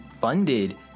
funded